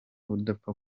udapfa